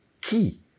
key